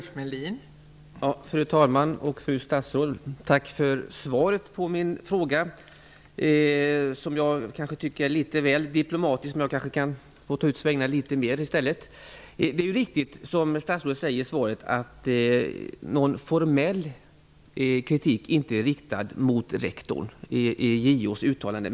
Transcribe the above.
Fru talman! Fru statsråd! Tack för svaret på min fråga. Jag tycker att svaret är kanske litet väl diplomatiskt. Men jag kan kanske få ta ut svängarna litet mera. Det är riktigt som statsrådet säger i svaret att någon formell kritik inte har riktats mot rektorn i JO:s uttalande.